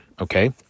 okay